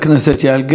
שביקשה,